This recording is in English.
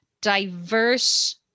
diverse